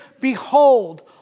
Behold